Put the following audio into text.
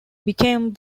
became